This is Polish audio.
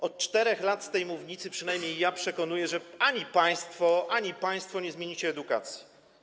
Od 4 lat z tej mównicy, przynajmniej ja, przekonuję, że ani państwo, ani państwo nie zmienicie edukacji.